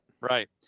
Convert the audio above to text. Right